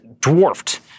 dwarfed